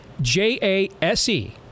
J-A-S-E